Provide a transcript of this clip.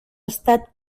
estat